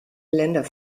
geländer